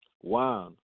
one